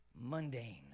Mundane